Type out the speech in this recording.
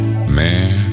Man